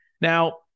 Now